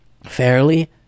fairly